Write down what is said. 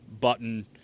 button